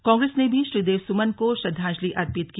कांग्रेस ने भी श्रीदेव सुमन को श्रद्वांजलि अर्पित की